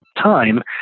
time